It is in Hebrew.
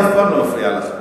אני אף פעם לא מפריע לך,